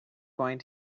going